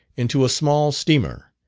into a small steamer,